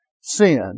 sin